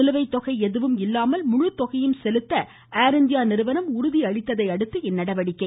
நிலுவைத்தொகை எதுவும் இல்லாமல் முழுத்தொகையையும் செலுத்த ஏா் இந்தியா நிறுவனம் உறுதி அளித்ததை அடுத்து இந்நடவடிக்கை